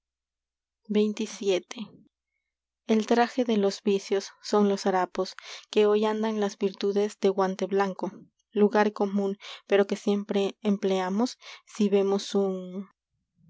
viejo borracho que tiene cincuenta años de tahúr xxvii que hoy andan las virtudes de guante blanco lugar común pero que si siempre empleamos vemos un